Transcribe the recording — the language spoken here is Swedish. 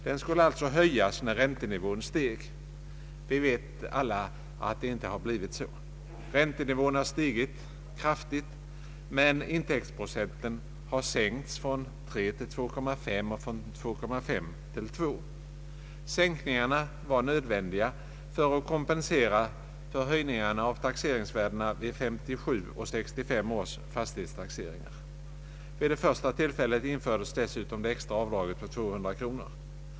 Den skulle alltså höjas när räntenivån steg. Vi vet alla att det inte har blivit så. Räntenivån har stigit kraftigt, men intäktsprocenten har sänkts från 3 till 2,5 och från 2,5 till 2. Sänkningarna var nödvändiga för att kompensera för höjningarna av taxeringsvärdena vid 1957 och 1965 års fastighetstaxeringar. Vid det första tillfället infördes dessutom det extra avdraget på 200 kronor.